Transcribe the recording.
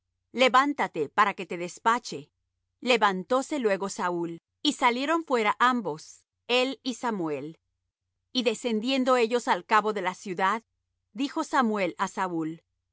levántate para que te despache levantóse luego saúl y salieron fuera ambos él y samuel y descendiendo ellos al cabo de la ciudad dijo samuel á saúl